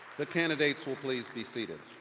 the candidates will please be seated.